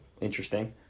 interesting